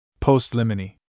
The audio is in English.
Postlimini